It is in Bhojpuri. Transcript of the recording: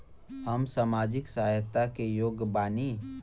हम सामाजिक सहायता के योग्य बानी?